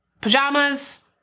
pajamas